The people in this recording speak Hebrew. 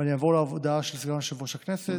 אני אעבור להודעה על סגן יושב-ראש הכנסת.